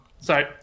Sorry